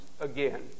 again